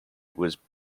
was